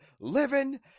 living